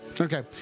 Okay